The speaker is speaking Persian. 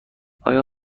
آیا